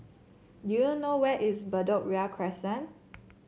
do you know where is Bedok Ria Crescent